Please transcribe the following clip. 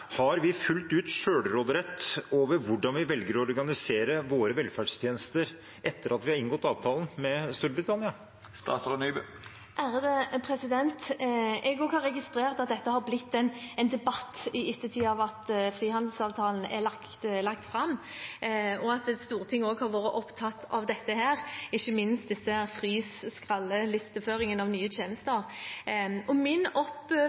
Har vi fullt ut selvråderett over hvordan vi velger å organisere våre velferdstjenester etter at vi har inngått avtalen med Storbritannia? Jeg har også registrert at dette har blitt en debatt i ettertid, etter at frihandelsavtalen ble lagt fram, og at Stortinget også har vært opptatt av dette, ikke minst frys og skralle i listeføringen av nye